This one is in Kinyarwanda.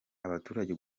abaturage